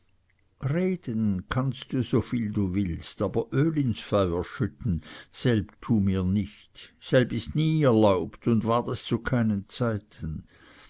reden kannst so viel du willst aber öl ins feuer schütten selb tue mir nicht selb ist nie erlaubt und war es zu keinen zeiten